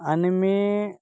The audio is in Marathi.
आणि मी